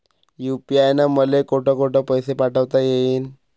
UPI न मले कोठ कोठ पैसे पाठवता येईन?